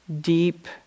deep